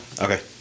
Okay